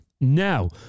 Now